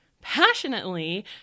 passionately